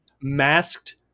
masked